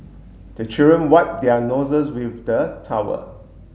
the children wipe their noses with the towel